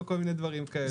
או כל מיני דברים כאלה.